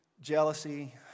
jealousy